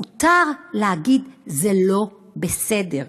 מותר להגיד: זה לא בסדר.